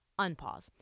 Unpause